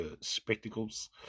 spectacles